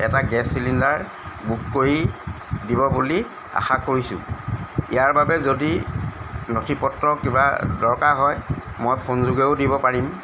এটা gas cylinder book কৰি দিব বুলি আশা কৰিছোঁ ইয়াৰ বাবে যদি নথি পত্ৰ কিবা দৰকাৰ হয় মই ফোনযোগেও দিব পাৰিম